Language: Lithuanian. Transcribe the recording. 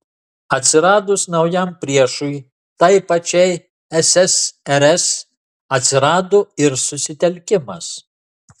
atsiradus naujam priešui tai pačiai ssrs atsirado ir susitelkimas